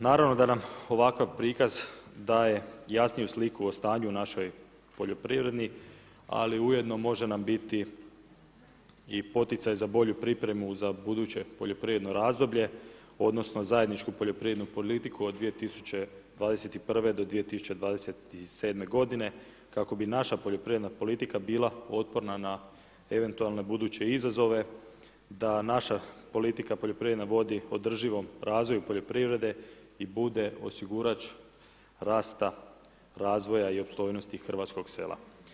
Naravno da nam ovakav prikaz daje jasniju sliku o stanju u našoj poljoprivredi, ali ujedno može nam biti i poticaj za bolju pripremu, za buduće poljoprivredno razdoblje, odnosno, zajedničku poljoprivrednu politiku od 2021.-2027. g. kako bi naša poljoprivredna politika bila otporna na eventualne buduće izazove, da naša politika poljoprivredna vodi održivom razvoju poljoprivrede i bude osigurač rasta razvoja i opstojnosti hrvatskog sela.